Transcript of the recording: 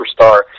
superstar